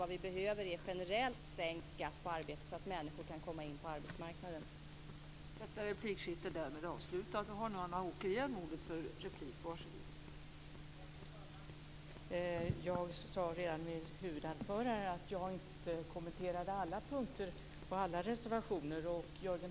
Vad vi behöver är en generellt sänkt skatt på arbete så att människor kan komma in på arbetsmarknaden.